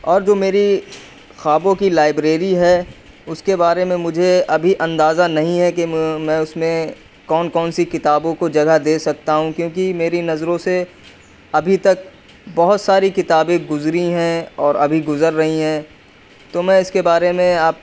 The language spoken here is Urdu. اور جو میری خوابوں کی لائبریری ہے اس کے بارے میں مجھے ابھی اندازہ نہیں ہے کہ میں اس میں کون کون سی کتابوں کو جگہ دے سکتا ہوں کیوں کہ میری نظروں سے ابھی تک بہت ساری کتابیں گزری ہیں اور ابھی گزر رہی ہیں تو میں اس کے بارے میں آپ